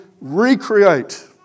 recreate